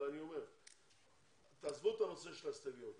אבל אני אומר שתעזבו את הנושא של ההסתייגויות.